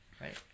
right